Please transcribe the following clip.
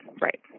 right